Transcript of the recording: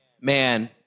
man